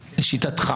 לשיטתך?